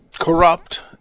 corrupt